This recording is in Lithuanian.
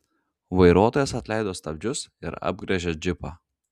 vairuotojas atleido stabdžius ir apgręžė džipą